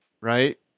Right